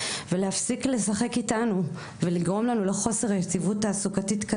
ולהפסיק לשחק איתנו ולגרום לנו לחוסר יציבות תעסוקתית.